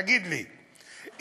תגיד לי,